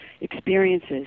experiences